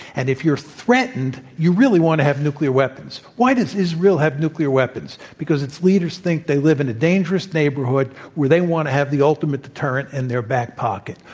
and if you are threatened, you really want to have nuclear weapons. why does israel have nuclear weapons? because its leaders think they live in a dangerous neighborhood where they want to have the ultimate deterrent in their back pocket.